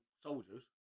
soldiers